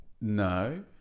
no